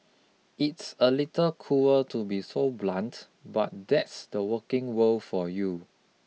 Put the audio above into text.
it's a little cruel to be so blunt but that's the working world for you